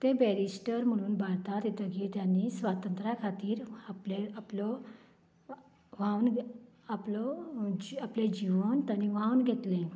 ते बेरिस्टर म्हणून भारतांत येतगीर त्यानी स्वातंत्र्या खातीर आपलें आपलो आपलें जिवन त्याने व्हांवोन घेतलें